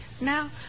Now